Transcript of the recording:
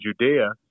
Judea